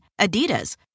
Adidas